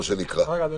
אדוני,